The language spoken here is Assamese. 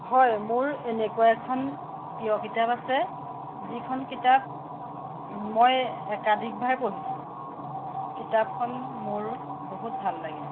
হয় মোৰ এনেকুৱা এখন প্ৰিয় কিতাপ আছে যিখন কিতাপ মই একাধিকবাৰ পঢ়িছোঁ কিতাপখন মোৰ বহুত ভাল লাগে